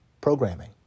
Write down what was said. programming